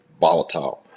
volatile